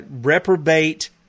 reprobate